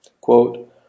Quote